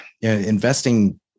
investing